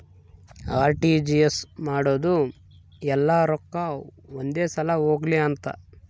RTGS ಮಾಡೋದು ಯೆಲ್ಲ ರೊಕ್ಕ ಒಂದೆ ಸಲ ಹೊಗ್ಲಿ ಅಂತ